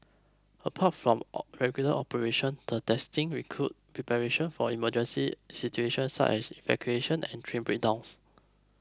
apart from regular operations the testing includes preparation for emergency situations such as evacuations and train breakdowns